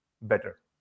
better